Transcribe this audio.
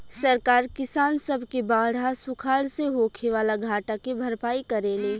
सरकार किसान सब के बाढ़ आ सुखाड़ से होखे वाला घाटा के भरपाई करेले